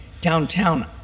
downtown